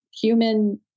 human